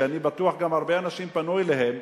אני בטוח שגם הרבה אנשים פנו אליהם,